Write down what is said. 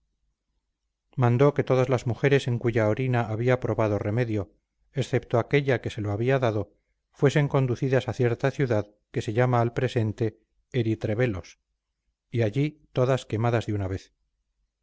mandó que todas las mujeres en cuya orina había probado remedio excepto aquella que se lo había dado fuesen conducidas a cierta ciudad que se llama al presente eritrebelos y allí todas quemadas de una vez